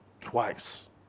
twice